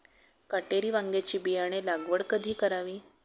काटेरी वांग्याची बियाणे लागवड कधी करावी?